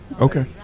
okay